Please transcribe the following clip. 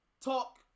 talk